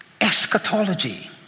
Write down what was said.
eschatology